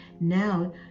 now